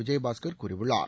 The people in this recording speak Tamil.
விஜயபாஸ்கள் கூறியுள்ளார்